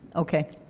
okay.